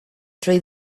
drwy